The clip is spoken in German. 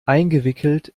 eingewickelt